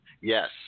yes